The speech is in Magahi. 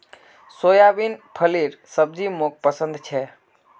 सोयाबीन फलीर सब्जी मोक पसंद छे